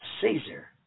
Caesar